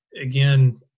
again